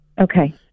Okay